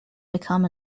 become